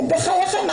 בחייכם,